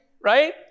right